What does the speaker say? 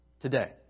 today